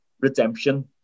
redemption